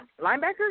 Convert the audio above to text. Linebacker